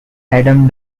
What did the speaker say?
adam